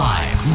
Live